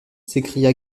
s’écria